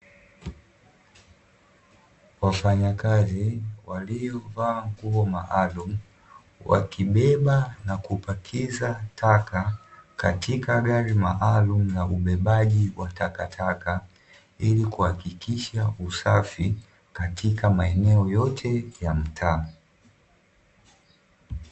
Wafanyakazi waliovaa nguo maalumu wakibeba na kupakiza taka katika gari maalumu la ubebaji wa takataka, ili kuhakikisha usafi katika maeneo yote ya mtaa.